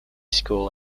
school